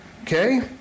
Okay